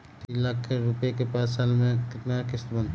तीन लाख रुपया के पाँच साल के केतना किस्त बनतै?